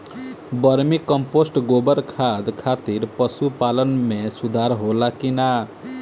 Vermi compost गोबर खाद खातिर पशु पालन में सुधार होला कि न?